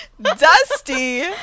dusty